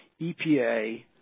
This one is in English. EPA